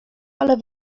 ale